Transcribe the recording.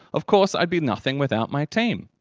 of course, i'd be nothing without my team.